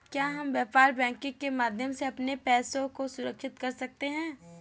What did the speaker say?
क्या हम व्यापार बैंकिंग के माध्यम से अपने पैसे को सुरक्षित कर सकते हैं?